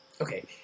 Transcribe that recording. Okay